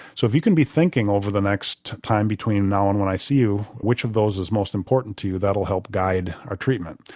so if you can be thinking over the next time between now and when i see you which of those is most important to you that will help guide our treatment'.